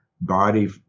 body